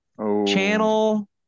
channel